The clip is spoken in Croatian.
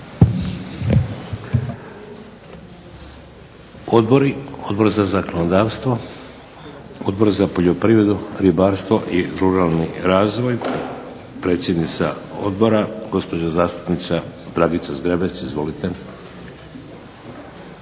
Odbori. Odbor za zakonodavstvo? Odbor za poljoprivredu, ribarstvo i ruralni razvoj, gospođa predsjednica Odbora gospođa zastupnica Dragica Zgrebec. Izvolite.